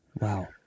Wow